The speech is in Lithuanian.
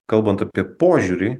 kalbant apie požiūrį